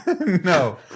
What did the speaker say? No